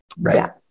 Right